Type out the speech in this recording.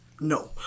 No